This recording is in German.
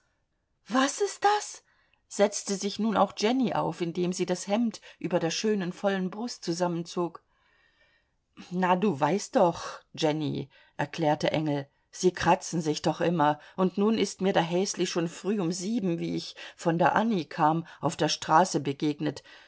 was ist das setzte sich nun auch jenny auf indem sie das hemd über der schönen vollen brust zusammenzog na du weißt doch jenny erklärte engel sie katzen sich doch immer und nun ist mir der häsli schon früh um sieben wie ich von der annie kam auf der straße begegnet